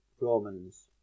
Roman's